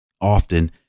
Often